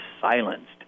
silenced